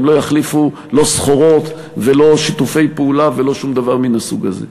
הם לא יחליפו לא סחורות ולא שיתופי פעולה ולא שום דבר מן הסוג הזה.